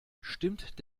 stimmt